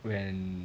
when